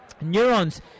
neurons